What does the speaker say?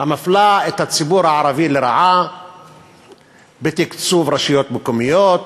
המפלה את הציבור הערבי לרעה בתקצוב רשויות מקומיות,